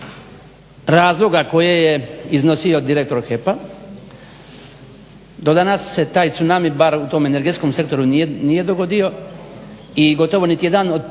razloga koje je iznosio direktor HEP-a do danas se taj tsunami bar u tom energetskom sektoru nije dogodio i gotovo niti jedan od